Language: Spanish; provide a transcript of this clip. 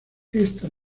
esta